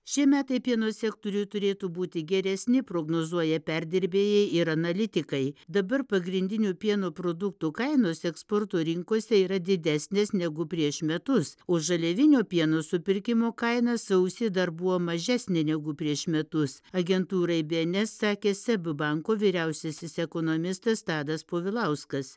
šie metai pieno sektoriui turėtų būti geresni prognozuoja perdirbėjai ir analitikai dabar pagrindinių pieno produktų kainos eksporto rinkose yra didesnės negu prieš metus o žaliavinio pieno supirkimo kaina sausį dar buvo mažesnė negu prieš metus agentūrai be en es sakė seb banko vyriausiasis ekonomistas tadas povilauskas